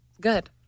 good